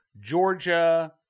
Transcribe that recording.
Georgia